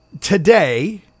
today